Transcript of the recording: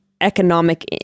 economic